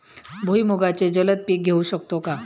भुईमुगाचे जलद पीक घेऊ शकतो का?